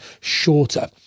shorter